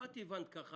את הבנת כך.